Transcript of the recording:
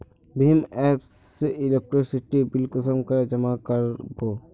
भीम app से electricity bill कुंसम करे जमा कर बो?